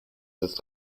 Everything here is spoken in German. ist